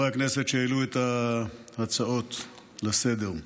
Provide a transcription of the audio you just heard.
שהעלו את ההצעות לסדר-היום,